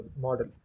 model